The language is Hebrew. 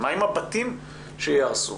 מה עם הבתים שייהרסו?